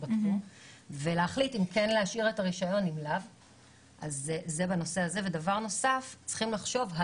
הרעיון שאת הולכת לרופא,